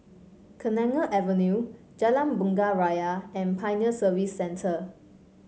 Kenanga Avenue Jalan Bunga Raya and Pioneer Service Centre